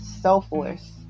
selfless